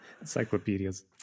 encyclopedias